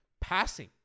passing